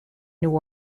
new